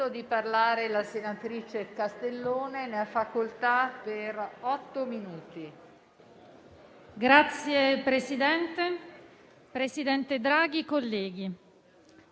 Signor Presidente, presidente Draghi, colleghi,